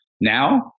Now